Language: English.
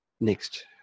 Next